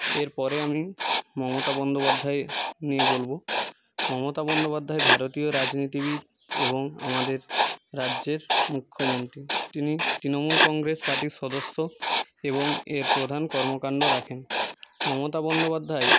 এরপরে আমি মমতা বন্দ্যোপাধ্যায় নিয়ে বলবো মমতা বন্দ্যোপাধ্যায় ভারতীয় রাজনীতিবিদ এবং আমাদের রাজ্যের মুখ্যমন্ত্রী তিনি তৃণমূল কংগ্রেস পার্টির সদস্য এবং এর প্রধান কর্মকাণ্ড রাখেন মমতা বন্দ্যোপাধ্যায়